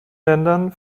ländern